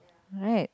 right